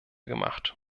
gemacht